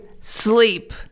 sleep